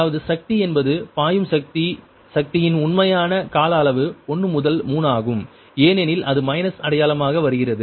அதாவது சக்தி என்பது பாயும் சக்தி சக்தியின் உண்மையான கால அளவு 1 முதல் 3 ஆகும் ஏனெனில் அது மைனஸ் அடையாளம் ஆக வருகிறது